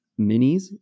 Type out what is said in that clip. minis